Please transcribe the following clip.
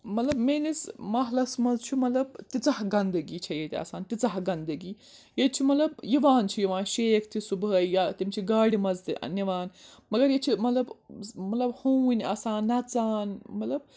مطلب میٲنِس محلَس منٛز چھُ مطلب تیٖژاہ گنٛدگی چھےٚ ییٚتہِ آسان تیٖژاہ گندٕگی ییٚتہِ چھِ مطلب یِوان چھِ یِوان شیخ تہِ صُبحٲے یا تِم چھِ گاڑِ منٛز تہِ نِوان مگر ییٚتہِ چھِ مطلب مطلب ہوٗنۍ آسان نَژان مطلب